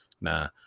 Nah